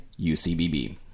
UCBB